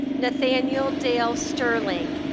nathaniel dale sterling.